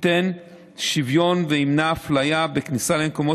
ייתן שוויון וימנע אפליה בכניסה למקומות